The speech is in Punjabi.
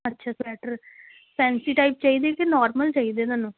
ਅੱਛਾ ਸਵੈਟਰ ਫੈਂਸੀ ਟਾਈਪ ਚਾਹੀਦੇ ਕਿ ਨੋਰਮਲ ਚਾਹੀਦੇ ਤੁਹਾਨੂੰ